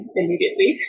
immediately